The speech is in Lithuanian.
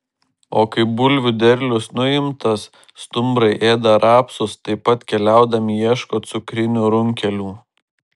o kai bulvių derlius nuimtas stumbrai ėda rapsus taip pat keliaudami ieško cukrinių runkelių